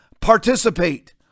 participate